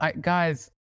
Guys